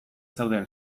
zeuden